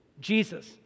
Jesus